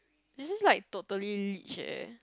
it is like totally leech leh